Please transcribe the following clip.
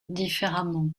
différemment